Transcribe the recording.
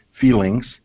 Feelings